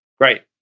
Great